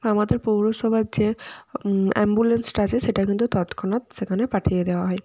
আমাদের পৌরসভার যে অ্যাম্বুলেন্সটা আছে সেটা কিন্তু তৎক্ষণাৎ সেখানে পাঠিয়ে দেওয়া হয়